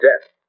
Death